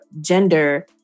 gender